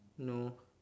no